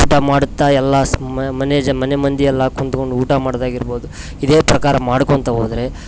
ಊಟ ಮಾಡ್ತಾ ಎಲ್ಲ ಸ್ ಮನೆ ಯಜ ಮನೆ ಮಂದಿಯೆಲ್ಲ ಕುಂತ್ಕೊಂಡು ಊಟ ಮಾಡೋದಾಗಿರ್ಬೋದು ಇದೇ ಪ್ರಕಾರ ಮಾಡ್ಕೊಳ್ತಾ ಹೋದ್ರೆ